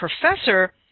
professor